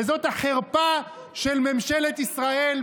וזאת החרפה של ממשלת ישראל,